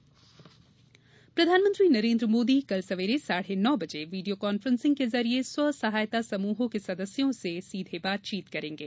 PM संवाद प्रधानमंत्री नरेन्द्र मोदी कल सवेरे साढ़े नौ बजे वीडियो कॉन्फ्रेंसिंग के जरिए स्व सहायता समूहों के सदस्यों से सीधे बातचीत करेंगे